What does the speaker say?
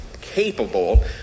capable